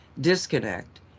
disconnect